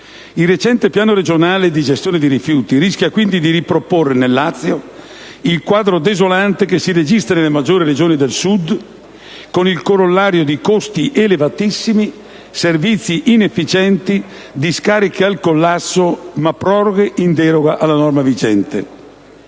Il recente Piano regionale di gestione dei rifiuti rischia quindi di riproporre nel Lazio il quadro desolante che si registra nelle maggiori regioni del Sud, con il corollario di costi elevatissimi, servizi inefficienti e discariche al collasso, ma prorogate in deroga alla normativa vigente.